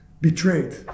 Betrayed